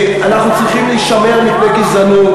אנחנו צריכים להישמר מפני גזענות,